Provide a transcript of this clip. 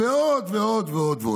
ועוד ועוד ועוד.